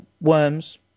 Worms